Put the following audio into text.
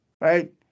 right